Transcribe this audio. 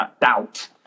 doubt